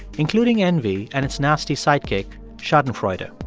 including envy and its nasty sidekick, schadenfreude. ah